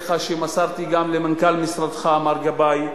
אליך שמסרתי גם למנכ"ל משרדך מר גבאי.